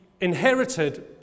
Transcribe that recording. inherited